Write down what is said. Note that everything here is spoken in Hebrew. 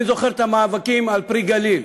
אני זוכר את המאבקים על "פרי הגליל",